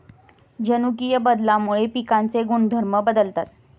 जनुकीय बदलामुळे पिकांचे गुणधर्म बदलतात